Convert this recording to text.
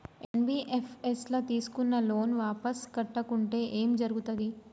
NBFS ల తీస్కున్న loan వాపస్ కట్టకుంటే ఏం జర్గుతది?